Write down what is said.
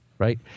Right